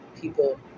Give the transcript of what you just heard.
people